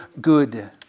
good